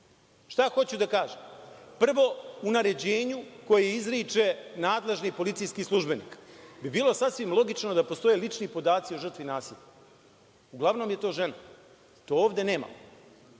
hoću da kažem? Prvo, u naređenju koje izriče nadležni policijski službenik bi bilo sasvim logično da postoje lični podaci o žrtvi nasilja. Uglavnom je to žena. To ovde nema.